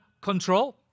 control